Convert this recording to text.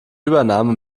übernahme